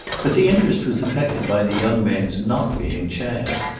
but the interest was affected by the young man's not being chad.